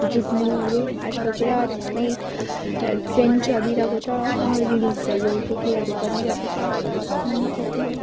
जुग्नुहरू आजकल पुरा त्यसमै ट्रेन्ड चलिरहेको छ हो रिल्सहरू के केहरू बनिरहेको छ अँ त्यति हो